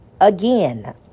again